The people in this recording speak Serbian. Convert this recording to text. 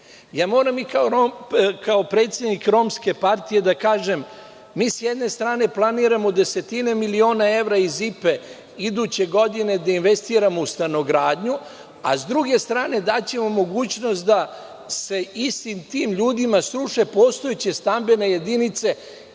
ljudi. Moram i kao predsednik Romske partije da kažem, mi sa jedne strane planiramo desetine miliona evra iz IP iduće godine da investiramo u stanogradnju, a sa druge strane daćemo mogućnost da se istim tim ljudima sruše postojeće stambene jedinice